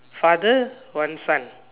father one son